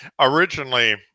originally